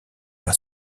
par